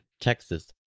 Texas